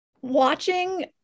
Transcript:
watching